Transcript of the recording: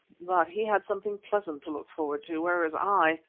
but he had something pleasant to look forward to, whereas i!